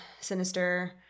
Sinister